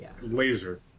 laser